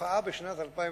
התופעה בשנת 2009,